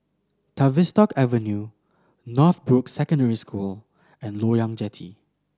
Tavistock Avenue Northbrooks Secondary School and Loyang Jetty